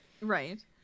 Right